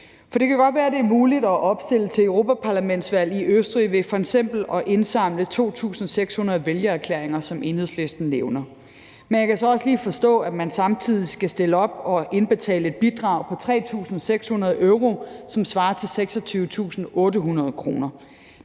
For det kan godt være, at det er muligt at opstille til europaparlamentsvalg i Østrig ved f.eks. at indsamle 2.600 vælgererklæringer, som Enhedslisten nævner. Men jeg kan så også forstå, at man samtidig skal stille op og indbetale et bidrag på 3.600 euro, som svarer til 26.800 kr.